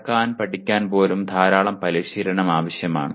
നടക്കാൻ പഠിക്കാൻ പോലും ധാരാളം പരിശീലനം ആവശ്യമാണ്